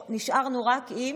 נשארנו רק עם